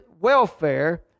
welfare